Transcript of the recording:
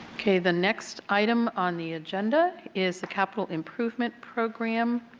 okay the next item on the agenda is the capital improvement program.